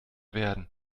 werden